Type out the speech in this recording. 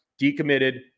decommitted